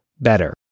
better